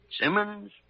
Simmons